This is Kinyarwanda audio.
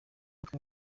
mutwe